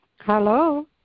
Hello